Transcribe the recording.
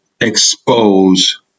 expose